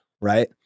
right